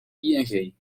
ing